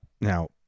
Now